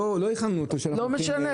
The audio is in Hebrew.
לא הכנו אותו שאנחנו מחכים ממנו --- לא משנה,